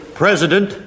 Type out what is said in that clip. president